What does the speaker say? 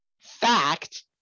fact